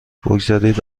بگذارید